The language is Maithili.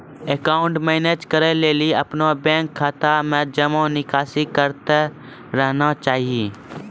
अकाउंट मैनेज करै लेली अपनो बैंक खाता मे जमा निकासी करतें रहना चाहि